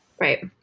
right